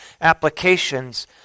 applications